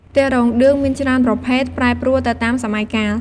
ផ្ទះរោងឌឿងមានច្រើនប្រភេទ ប្រែប្រួលទៅតាមសម័យកាល។